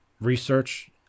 research